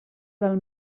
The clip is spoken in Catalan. del